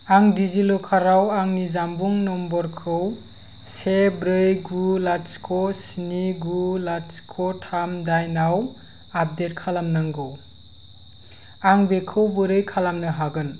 आं डिजिलकाराव आंनि जानबुं नम्बरखौ से ब्रै गु लाथिख स्नि गु लाथिख थाम दाइनआव आपडेट खालामनांगौ आं बेखौ बोरै खालामनो हागोन